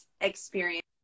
experience